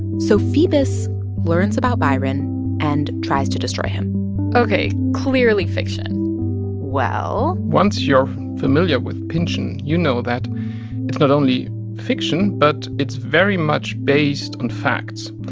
so phoebus learns about byron and tries to destroy him ok. clearly fiction well. once you're familiar with pynchon, you know that it's not only fiction, but it's very much based on facts.